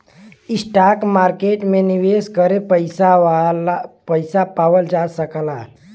stock market में निवेश करके पइसा पावल जा सकला